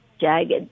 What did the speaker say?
Jagged